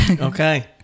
okay